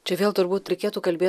čia vėl turbūt reikėtų kalbėt